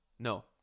No